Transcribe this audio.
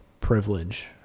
privilege